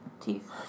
Teeth